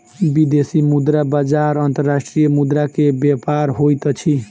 विदेशी मुद्रा बजार अंतर्राष्ट्रीय मुद्रा के व्यापार होइत अछि